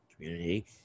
community